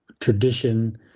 tradition